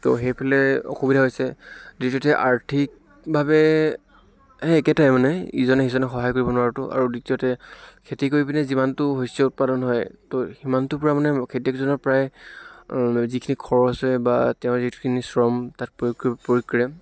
ত' সেইফালে অসুবিধা হৈছে দ্বিতীয়তে আৰ্থিকভাৱে সেই একেইটাই মানে ইজনে সিজনক সহায় কৰিব নোৱাৰাটো আৰু দ্বিতীয়তে খেতি কৰি পিনে যিমানটো শস্য় উৎপাদন হয় ত' সিমানটো পূৰা মানে খেতিয়কজনৰ প্ৰায় যিখিনি খৰচ হয় বা তেওঁৰ যিখিনি শ্ৰম তাত প্ৰয়োগ কৰ প্ৰয়োগ কৰে